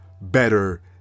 better